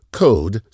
code